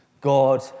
God